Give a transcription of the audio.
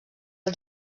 als